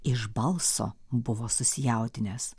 iš balso buvo susijaudinęs